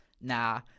nah